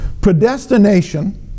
predestination